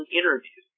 interview